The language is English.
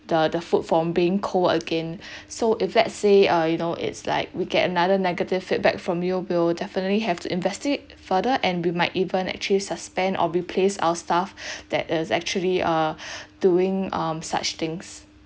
the the food from being cold again so if let's say uh you know it's like we get another negative feedback from you we'll definitely have to investigate further and we might even actually suspend or replace our staff that is actually are doing um such things